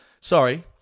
sorry